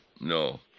no